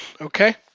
Okay